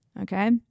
Okay